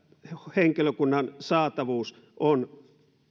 henkilökunnan saatavuus ovat